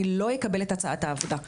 אני לא אקבל את הצעת העבודה.